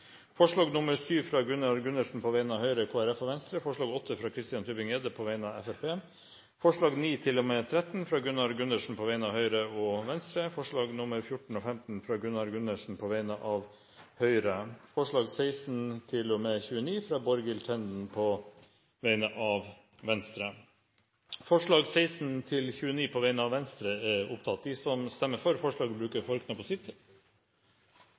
forslag nr. 7, fra Gunnar Gundersen på vegne av Høyre, Kristelig Folkeparti og Venstre forslag nr. 8, fra Christian Tybring-Gjedde på vegne av Fremskrittspartiet forslagene nr. 9–13, fra Gunnar Gundersen på vegne av Høyre og Venstre forslagene nr. 14 og 15, fra Gunnar Gundersen på vegne av Høyre forslagene nr. 16–29, fra Borghild Tenden på vegne av Venstre Det blir votert over forslagene nr. 16–29, fra Venstre. Forslag nr. 16 lyder: «I I lov 26. mars 1999 nr. 14 om skatt av formue og